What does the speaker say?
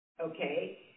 okay